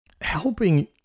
helping